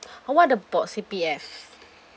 what about C_P_F